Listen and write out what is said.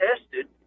tested